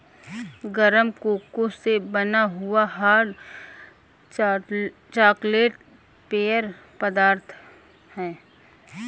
गरम कोको से बना हुआ हॉट चॉकलेट पेय पदार्थ है